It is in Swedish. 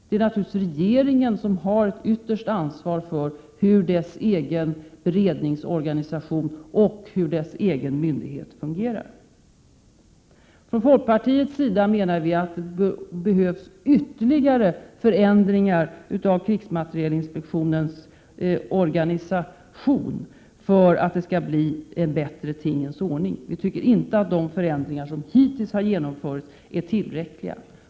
Det är naturligtvis regeringen som har det yttersta ansvaret för hur dess egen beredningsorganisation och dess egen myndighet fungerar. Från folkpartiets sida menar vi att det behövs ytterligare förändringar av krigsmaterielinspektionens organisation för att det skall bli en bättre tingens ordning. Vi tycker inte att de förändringar som hittills har genomförts är tillräckliga.